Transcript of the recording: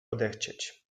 odechcieć